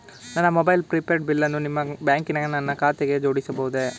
ನನ್ನ mobile prepaid ಬಿಲ್ಲನ್ನು ನಿಮ್ಮ ಬ್ಯಾಂಕಿನ ನನ್ನ ಖಾತೆಗೆ ಜೋಡಿಸಬಹುದೇ?